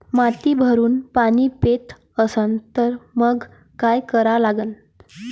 माती भरपूर पाणी पेत असन तर मंग काय करा लागन?